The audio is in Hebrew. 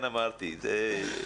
אמרתי את זה.